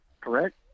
correct